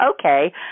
okay